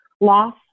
loss